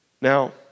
Now